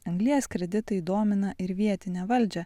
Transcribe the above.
anglies kreditai domina ir vietinę valdžią